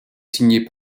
signées